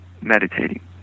meditating